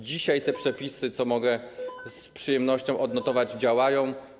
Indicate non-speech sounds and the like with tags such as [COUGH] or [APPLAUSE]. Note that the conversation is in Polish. Dzisiaj te przepisy, [NOISE] co mogę z przyjemnością odnotować, działają.